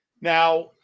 Now